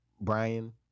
Brian